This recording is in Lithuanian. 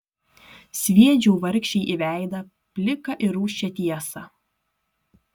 sviedžiau vargšei į veidą pliką ir rūsčią tiesą